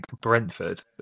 Brentford